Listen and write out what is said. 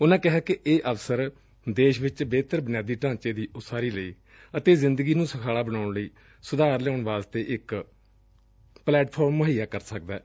ਉਨਾ ਕਿਹਾ ਕਿ ਇਹ ਅਵਸਰ ਦੇਸ਼ ਵਿਚ ਬਿਹਤਰ ਬੁਨਿਆਦੀ ਢਾਂਚੇ ਦੀ ਉਸਾਰੀ ਲਈ ਅਤੇ ਜ਼ਿੰਦਗੀ ਨੂੰ ਸੁਖਾਲਾ ਬਣਾਉਣ ਚ ਸੁਧਾਰ ਲਿਆਉਣ ਵਾਸਤੇ ਇਕ ਪਲੈਟਫਾਰਮ ਮੁਹੱਈਆ ਕਰ ਸਕਦੈ